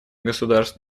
государств